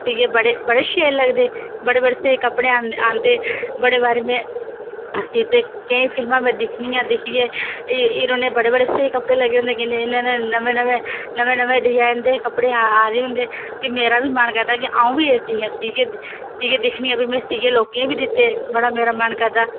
सीयै बड़े शैल लगदे बड़े बड़े स्हेई कपड़े आंदे बड़े बारे में सीते केईं फिल्मां में दिक्खियां दिक्खनी आं हीरोईनां बड़ा स्हेई स्हेई कपड़े लग्गे दे होंदे नमें नमें नमें नमें डिजैन दे कपड़े आए दे होंदे फिर मेरा बी मन करदा में सीयै दिक्खनी आं फ्ही मों सीयै लोकं गी बी दित्ते बड़ा मेरा मन करदा